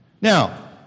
Now